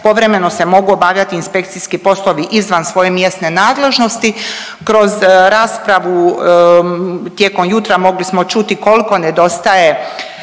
povremeno se mogu obavljati inspekcijski poslovi izvan svoje mjesne nadležnosti. Kroz raspravu tijekom jutra mogli smo čuti koliko nedostaje